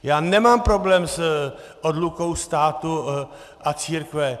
Já nemám problém s odlukou státu a církve.